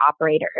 operators